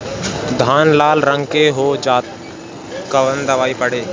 धान लाल रंग के हो जाता कवन दवाई पढ़े?